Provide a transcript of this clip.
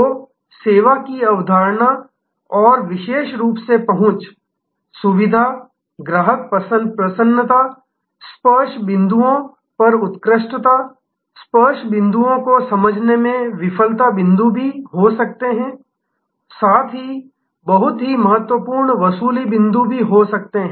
तो सेवा की अवधारणा और विशेष रूप से पहुंच सुविधा ग्राहक प्रसन्नता स्पर्श बिंदुओं पर उत्कृष्टता स्पर्श बिंदुओं को समझने में विफलता बिंदु भी हो सकते हैं और साथ ही बहुत महत्वपूर्ण वसूली बिंदु भी हो सकते हैं